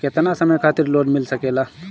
केतना समय खातिर लोन मिल सकेला?